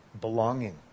Belonging